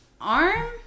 arm